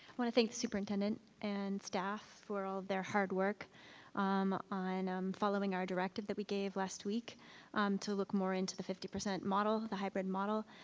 wanna thank the superintendent and staff for all their hard work on um following our directive that we gave last week to look more into the fifty percent model, the hybrid model.